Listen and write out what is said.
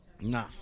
Nah